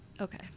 Okay